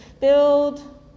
build